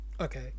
Okay